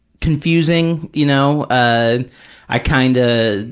confusing. you know, ah i kind ah